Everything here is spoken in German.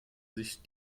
sich